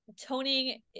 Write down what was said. toning